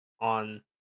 on